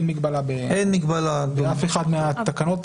אין מגבלה באף אחת מהתקנות,